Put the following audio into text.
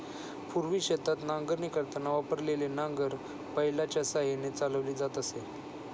पूर्वी शेतात नांगरणी करताना वापरलेले नांगर बैलाच्या साहाय्याने चालवली जात असे